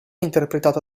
interpretata